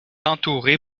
entourée